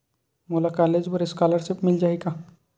मोला कॉलेज बर स्कालर्शिप मिल जाही का?